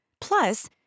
Plus